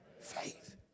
faith